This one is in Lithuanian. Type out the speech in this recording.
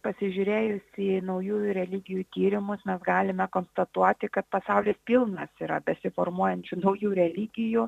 pasižiūrėjus į naujųjų religijų tyrimus na galime konstatuoti kad pasaulis pilnas yra besiformuojančių naujų religijų